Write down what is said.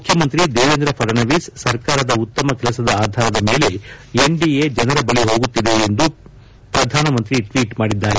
ಮುಖ್ಯಮಂತ್ರಿ ದೇವೇಂದ್ರ ಫಡ್ನವಿಸ್ ಸರಕಾರದ ಉತ್ತಮ ಕೆಲಸದ ಆಧಾರದ ಮೇಲೆ ಎನ್ಡಿಎ ಜನರ ಬಳಿಗೆ ಹೋಗುತ್ತಿದೆ ಎಂದು ಪ್ರಧಾನಮಂತ್ರಿ ಟ್ವೀಟ್ ಮಾಡಿದ್ದಾರೆ